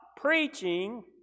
preaching